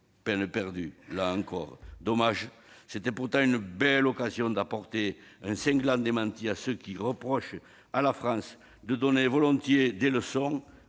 une fois ! C'est dommage, car c'était pourtant une belle occasion d'apporter un cinglant démenti à ceux qui reprochent à la France de donner volontiers des leçons